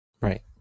Right